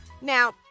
Now